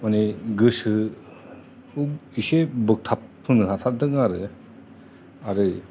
माने गोसोखौ एसे बोगथाब होनो हाथारदों आरो आरो